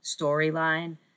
storyline